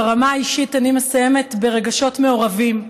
ברמה האישית אני מסיימת ברגשות מעורבים.